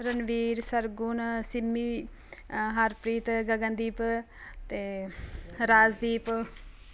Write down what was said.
ਰਣਵੀਰ ਸਰਗੁਣ ਸਿੰਮੀ ਹਰਪ੍ਰੀਤ ਗਗਨਦੀਪ ਅਤੇ ਰਾਜਦੀਪ